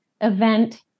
event